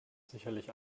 sicherlich